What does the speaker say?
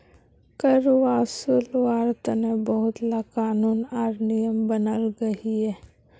कर वासूल्वार तने बहुत ला क़ानून आर नियम बनाल गहिये